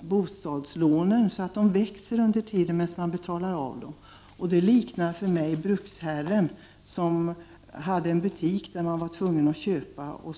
bostadslånen, så att dessa växer under den tid man betalar av dem. Detta påminner mig om bruksherren som hade en butik där arbetarna var tvungna att göra sina inköp.